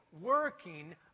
working